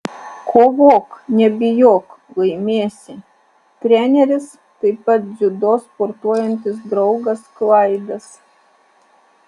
kovok nebijok laimėsi treneris taip pat dziudo sportuojantis draugas klaidas